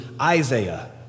Isaiah